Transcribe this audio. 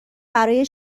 برای